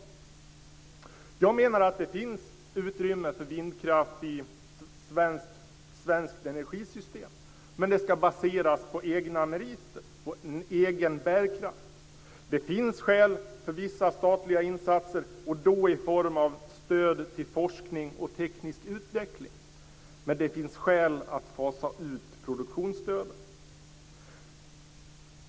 Jag menar att det finns utrymme för vindkraft i ett svenskt energisystem, men det ska baseras på egna meriter, egen bärkraft. Det finns skäl för vissa statliga insatser och då i form av stöd till forskning och teknisk utveckling, men det finns skäl att fasa ut produktionsstödet.